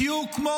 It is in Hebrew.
בדיוק כמו